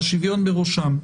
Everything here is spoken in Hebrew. והשוויון בראשם.